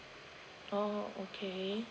oh okay